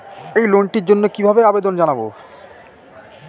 এই লোনটির জন্য কিভাবে আবেদন জানাবো?